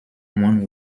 one